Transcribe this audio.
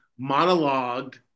monologued